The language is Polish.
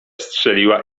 strzeliła